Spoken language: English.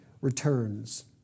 returns